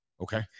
Okay